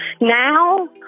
now